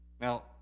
Now